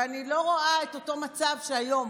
ואני לא רואה את אותו מצב שקיים היום,